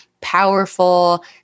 powerful